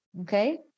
Okay